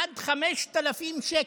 עד 5,000 שקל.